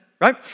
right